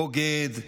בוגד,